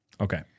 Okay